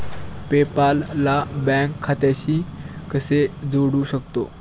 पे पाल ला बँक खात्याशी कसे जोडू शकतो?